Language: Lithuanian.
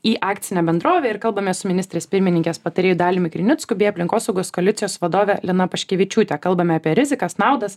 į akcinę bendrovę ir kalbamės su ministrės pirmininkės patarėju daliumi krinicku bei aplinkosaugos koalicijos vadove lina paškevičiūte kalbame apie rizikas naudas